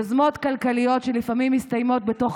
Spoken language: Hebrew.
יוזמות כלכליות שלפעמים מסתיימות בתוך